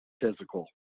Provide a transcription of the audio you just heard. physical